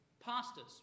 Pastors